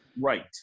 Right